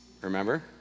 remember